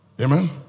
Amen